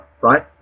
right